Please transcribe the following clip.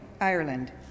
Ireland